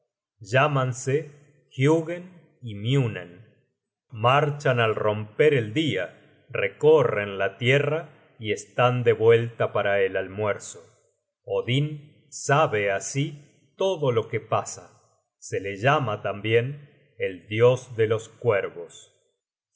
llámanse hugen y munen marchan al romper el dia recorren la tierra y están de vuelta para el almuerzo odin sabe así todo lo que pasa se le llama tambien el dios de los cuervos hugen y